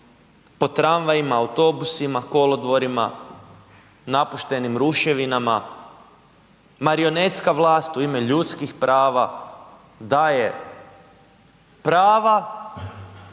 po tramvajima, autobusima, kolodvorima, napuštenim ruševinama, marionetska vlast u ime ljudskih prava daje prava,